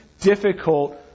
difficult